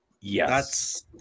Yes